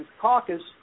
caucus